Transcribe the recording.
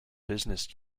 business